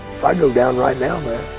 if i go down right now man.